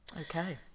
Okay